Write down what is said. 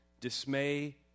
dismay